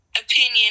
opinion